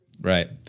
Right